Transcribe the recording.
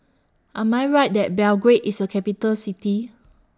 Am I Right that Belgrade IS A Capital City